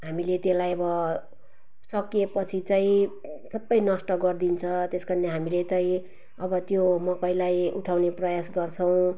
हामीले त्यसलाई अब सकिएपछि चाहिँ सबै नष्ट गरिदिन्छ त्यस कारण हामीले चाहिँ अब त्यो मकैलाई उठाउने प्रयास गर्छौँ